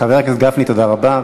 חבר הכנסת גפני, תודה רבה.